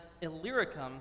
Illyricum